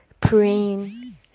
praying